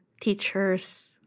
teachers